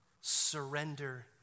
surrender